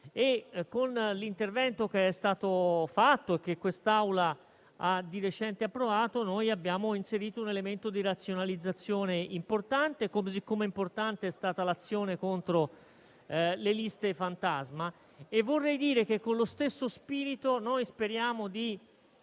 Con l'intervento che è stato fatto e che quest'Assemblea ha di recente approvato, abbiamo inserito un elemento di razionalizzazione importante, come lo è stata l'azione contro le liste fantasma. Vorrei dire che con lo stesso spirito speriamo di